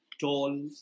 tall